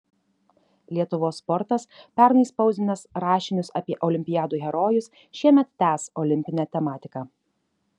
lietuvos sportas pernai spausdinęs rašinius apie olimpiadų herojus šiemet tęs olimpinę tematiką